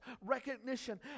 recognition